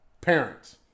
parents